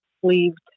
sleeved